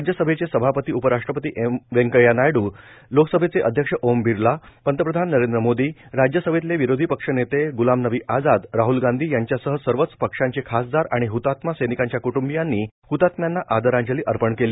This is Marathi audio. राज्यसभेचे सभापती उपराष्ट्रपती व्यंकय्या नायडू लोकसभेचे अध्यक्ष ओम बिर्ला पंतप्रधान नरेंद्र मोदी राज्यसभेतले विरोधी पक्षनेते गुलाम नबी आझाद राहल गांधी यांच्यासह सर्वच पक्षांचे खासदार आणि हतात्मा सैनिकांच्या कुटुंबीयांनी हतात्म्यांना आदरांजली अर्पण केली